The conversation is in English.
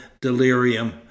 delirium